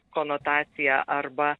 konotaciją arba